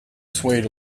swayed